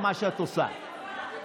בבקשה לרדת.